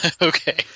Okay